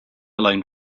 alone